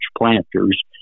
planters